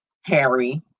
Harry